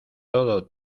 todo